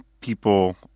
people